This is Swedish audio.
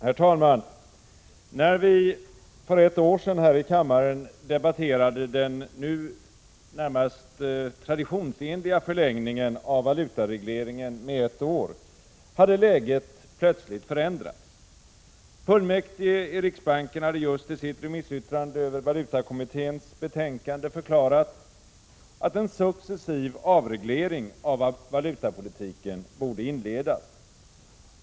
Herr talman! När vi för ett år sedan här i kammaren debatterade den numera närmast traditionsenliga förlängningen av valutaregleringen med ett år, hade läget plötsligt förändrats. Fullmäktige i riksbanken hade just i sitt remissyttrande över valutakommitténs betänkande förklarat, att en successiv avreglering av valutapolitiken borde inledas.